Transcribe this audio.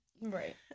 Right